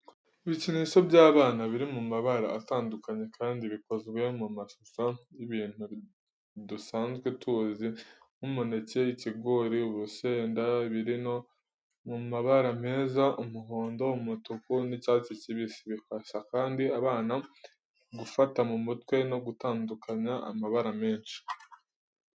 Ibikinisho by'abana biri mu mabara atandukanye, kandi bikozwe mu mashusho y'ibintu dusanzwe tuzi nk'umuneke, ikigori, urusenda, biri no mu mabara meza, umuhondo, umutuku, n'icyatsi kibisi. Bifasha kandi abana gufata mu mutwe no gutandukanya amabara menshi.